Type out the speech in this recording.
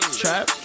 trap